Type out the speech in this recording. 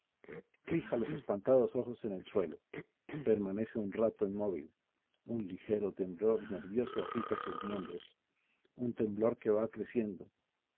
fija los espantados ojos en el suelo permanece un rato inmóvil un ligero temblor nervioso agita sus miembros un temblor que va creciendo